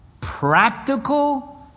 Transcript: practical